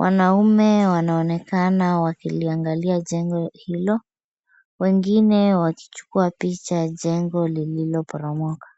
Wanaume wanaonekana wakiliangalia jengo hilo wengine wakichukua picha ya jengo lililoporomoka.